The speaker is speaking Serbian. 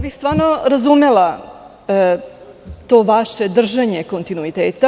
Stvarno bih razumela to vaše držanje kontinuiteta.